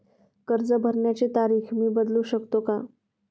कर्ज भरण्याची तारीख मी बदलू शकतो का?